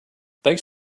thanks